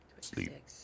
sleep